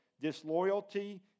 disloyalty